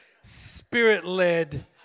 spirit-led